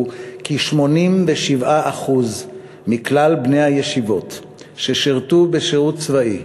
הוא כי 87% מכלל בני הישיבות ששירתו בשירות צבאי,